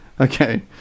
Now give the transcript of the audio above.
okay